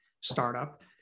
startup